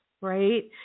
right